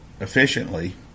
efficiently